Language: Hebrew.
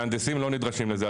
מהנדסים לא נדרשים לזה,